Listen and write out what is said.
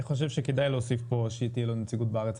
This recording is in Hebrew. אני חושב שכדאי להוסיף פה שתהיה לו נציגות בארץ.